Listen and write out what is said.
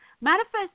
manifest